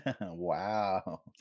Wow